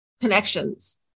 connections